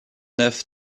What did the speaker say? œuf